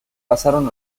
pasaron